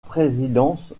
présidence